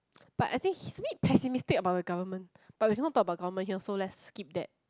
but I think he's a bit pessimistic about the government but we cannot talk about government here so let's skip that